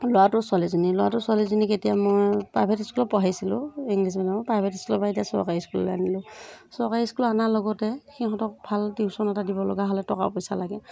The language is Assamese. ল'ৰাটো ছোৱালী এজনী ল'ৰাটো ছোৱালীজনীক এতিয়া মই প্ৰাইভেট স্কুলত পঢ়াইছিলোঁ ইংলিছ মিডিয়ামত প্ৰাইভেট স্কুলৰ পৰা এতিয়া চৰকাৰী স্কুললৈ আনিলোঁ চৰকাৰী স্কুলত অনাৰ লগতে সিহঁতক ভাল টিউশ্যন এটা দিব লগা হ'লে টকা পইচা লাগে